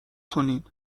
کنین